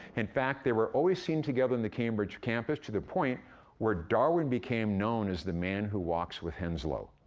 in fact, they were always seen together on and the cambridge campus, to the point where darwin became known as the man who walks with henslow.